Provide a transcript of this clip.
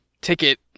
ticket